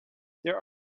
there